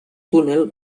túnel